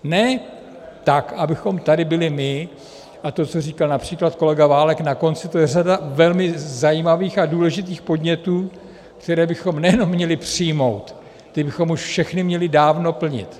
Ne tak, abychom tady byli my, a to, co říkal například kolega Válek na konci, to je řada velmi zajímavých a důležitých podnětů, které bychom nejenom měli přijmout, ty bychom už všechny měli dávno plnit.